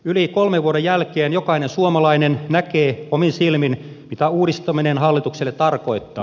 yli kolmen vuoden jälkeen jokainen suomalainen näkee omin silmin mitä uudistaminen hallitukselle tarkoittaa